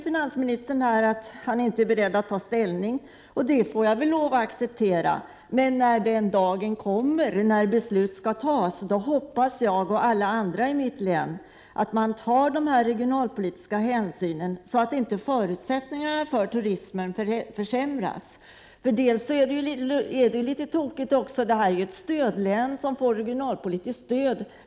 Finansministern säger här att han inte är beredd att ta ställning, och det får jag väl lov att acceptera. Men när den dagen kommer då beslut skall fattas hoppas jag och alla andra i mitt län att man tar regionalpolitiska hänsyn, så att inte förutsättningarna för turismen försämras. Jämtlands län får ju regionalpolitiskt stöd.